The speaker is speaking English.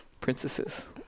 Princesses